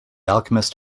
alchemist